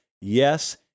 yes